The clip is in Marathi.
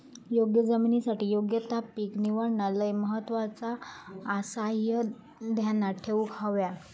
योग्य जमिनीसाठी योग्य ता पीक निवडणा लय महत्वाचा आसाह्या ध्यानात ठेवूक हव्या